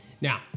Now